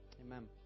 Amen